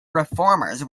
reformers